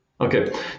Okay